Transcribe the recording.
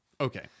Okay